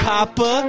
Papa